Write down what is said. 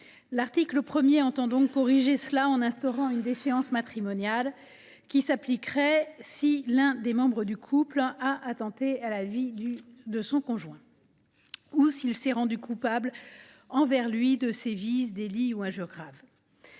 L’article 1 tend donc à corriger cela en instaurant une déchéance matrimoniale applicable si l’un des membres du couple a attenté à la vie de son conjoint ou s’il s’est rendu coupable envers lui de sévices, délits ou injures graves.